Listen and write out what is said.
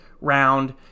round